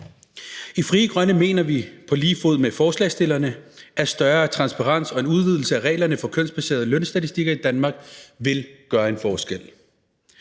I Frie Grønne mener vi på lige fod med forslagsstillerne, at større transparens og en udvidelse af reglerne for kønsbaserede lønstatistikker i Danmark vil gøre en forskel.